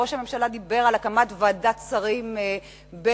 ראש הממשלה דיבר על הקמת ועדת שרים בין-משרדית,